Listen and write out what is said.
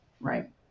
right